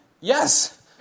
yes